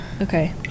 Okay